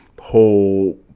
whole